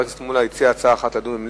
זו הצעה שלך, זו לא הצעה של חבר הכנסת מולה.